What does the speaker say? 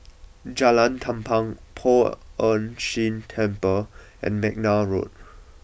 Jalan Tampang Poh Ern Shih Temple and McNair Road